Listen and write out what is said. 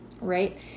right